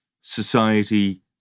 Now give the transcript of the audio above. society